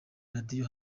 radio